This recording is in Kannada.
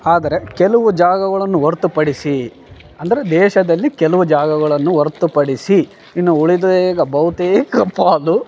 ಆದರೆ ಕೆಲವು ಜಾಗಗಳನ್ನು ಹೊರ್ತು ಪಡಿಸಿ ಅಂದ್ರೆ ದೇಶದಲ್ಲಿ ಕೆಲವು ಜಾಗಗಳನ್ನು ಹೊರ್ತು ಪಡಿಸಿ ಇನ್ನು ಉಳಿದೇಗ ಬಹುತೇಕ ಪಾಲು